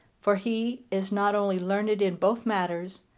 for he is not only learned in both matters,